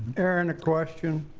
aaron a question.